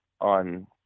on